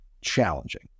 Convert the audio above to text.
challenging